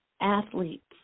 athletes